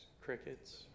crickets